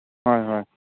ꯍꯣꯏ ꯍꯣꯏ